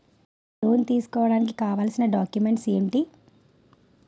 Loan తీసుకోడానికి కావాల్సిన documents ఎంటి?